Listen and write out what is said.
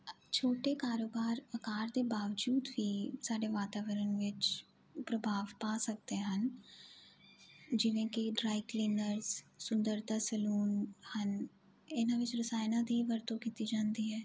ਛੋਟੇ ਕਾਰੋਬਾਰ ਆਕਾਰ ਦੇ ਬਾਵਜੂਦ ਵੀ ਸਾਡੇ ਵਾਤਾਵਰਨ ਵਿੱਚ ਪ੍ਰਭਾਵ ਪਾ ਸਕਦੇ ਹਨ ਜਿਵੇਂ ਕਿ ਡਰਾਈਕਲੀਨਰਸ ਸੁੰਦਰਤਾ ਸਲੂਨ ਹਨ ਇਹਨਾਂ ਵਿੱਚ ਰਸਾਇਨਾਂ ਦੀ ਵਰਤੋਂ ਕੀਤੀ ਜਾਂਦੀ ਹੈ